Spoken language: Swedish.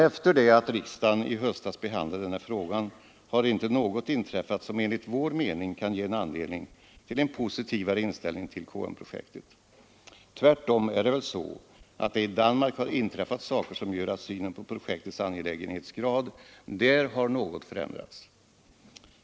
Efter det att riksdagen i höstas behandlade den här frågan har inte något inträffat som enligt vår mening kan ge anledning till en positivare inställning till KM-projektet. Tvärtom är det väl så att det i Danmark har inträffat saker som gör att synen på projektets angelägenhetsgrad där har något förändrats.